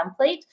template